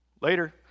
Later